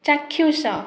ଚାକ୍ଷୁଷ